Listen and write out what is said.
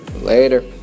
Later